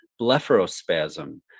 blepharospasm